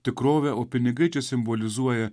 tikrovę o pinigai čia simbolizuoja